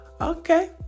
Okay